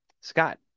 Scott